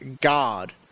God